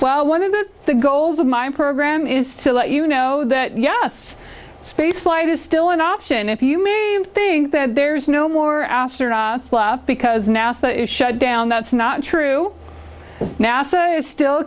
well one of the goals of my program is to let you know that yes spaceflight is still an option if you think that there's no more because nasa is shut down that's not true nasa is still